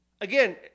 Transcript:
Again